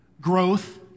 growth